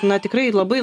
na tikrai labai